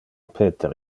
peter